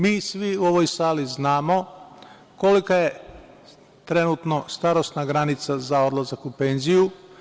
Mi svi u ovoj sali znamo kolika je trenutno starosna granica za odlazak u penziju.